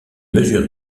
mesure